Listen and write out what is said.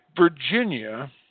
Virginia